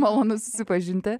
malonu susipažinti